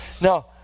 Now